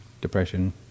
depression